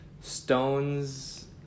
stones